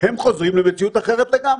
הם חוזרים למציאות אחרת לגמרי.